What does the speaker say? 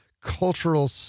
cultural